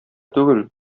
түгел